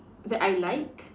that I like